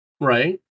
Right